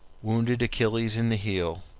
wounded achilles in the heel,